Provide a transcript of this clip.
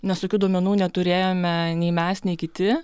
nes tokių duomenų neturėjome nei mes nei kiti